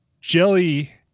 Jelly